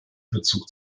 bezug